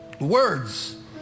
words